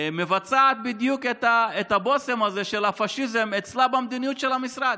מבצעת בדיוק את הבושם הזה של הפשיזם אצלה במדיניות של המשרד,